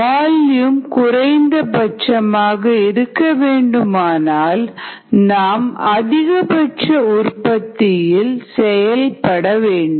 volume குறைந்தபட்சமாக இருக்கவேண்டுமென்றால் நாம் அதிகபட்ச உற்பத்தியில் Maximum productivity Rm செயல்பட வேண்டும்